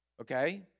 okay